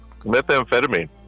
Methamphetamine